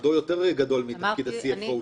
מעמדו יותר גבוה מתפקיד ה-CFO.